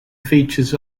features